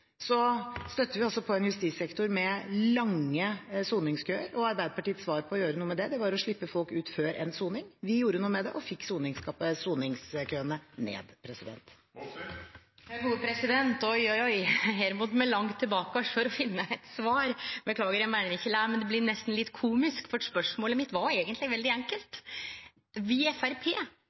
vi på en justissektor med lange soningskøer. Og Arbeiderpartiets svar på å gjøre noe med det, var å slippe folk ut før endt soning. Vi gjorde noe med det, og fikk soningskøene ned. Oi, oi – her måtte vi langt tilbake for å finne eit svar. Beklagar, eg meiner ikkje å le, men det blir nesten litt komisk, for spørsmålet mitt var eigentleg veldig enkelt. Vil Framstegspartiet stemme for forslaget vårt i